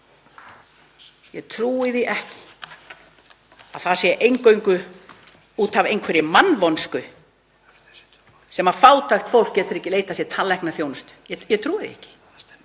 Ég trúi því ekki að það sé eingöngu út af mannvonsku sem fátækt fólk getur ekki leitað sér tannlæknaþjónustu. Ég trúi því ekki